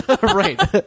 Right